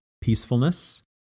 peacefulness